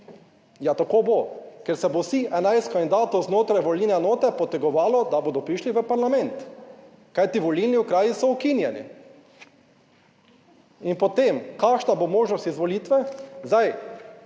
Ja, tako bo, ker se bo vsi, 11 kandidatov znotraj volilne enote potegovalo, da bodo prišli v parlament, kajti volilni okraji so ukinjeni. In potem, kakšna bo možnost izvolitve? Zdaj,